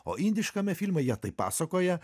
o indiškame filme jie taip pasakoja